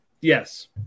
Yes